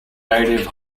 native